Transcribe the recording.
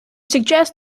suggests